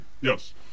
Yes